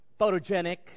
photogenic